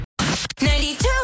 92